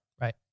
Right